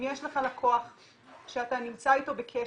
אם יש לך לקוח שאתה נמצא איתו בקשר